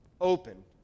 open